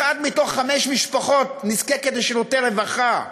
אחת מתוך חמש משפחות נזקקת לשירותי רווחה,